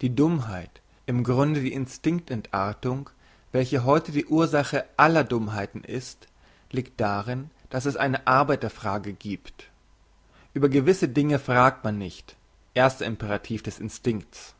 die dummheit im grunde die instinkt entartung welche heute die ursache aller dummheiten ist liegt darin dass es eine arbeiter frage giebt über gewisse dinge fragt man nicht erster imperativ des instinktes